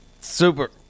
Super